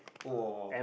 !wah!